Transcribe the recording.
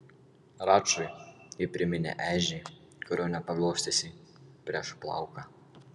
račui ji priminė ežį kurio nepaglostysi prieš plauką